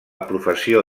professió